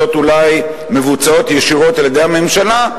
אולי מבוצעות ישירות על-ידי הממשלה.